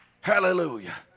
Hallelujah